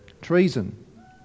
treason